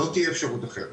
לא תהיה אפשרות אחרת.